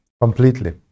completely